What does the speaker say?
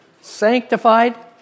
sanctified